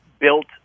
built